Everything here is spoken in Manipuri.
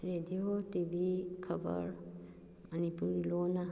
ꯔꯦꯗꯤꯑꯣ ꯇꯤꯚꯤ ꯈꯕꯔ ꯃꯅꯤꯄꯨꯔꯤ ꯂꯣꯟꯅ